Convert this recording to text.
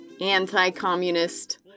anti-communist